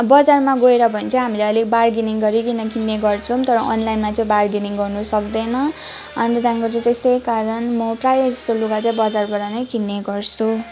बजारमा गएर भने चाहिँ हामीले अलिक बार्गेनिङ गरिकन किन्ने गर्छौँ तर अनलाइनमा चाहिँ बार्गेनिङ गर्नु सक्दैन अन्त त्यहाँदेखिको चाहिँ त्यसै कारण म प्रायः जस्तो लुगा चाहिँ बजारबाट नै किन्ने गर्छु